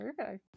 Okay